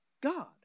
God